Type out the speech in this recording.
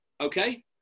okay